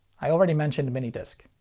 i already mentioned minidisc.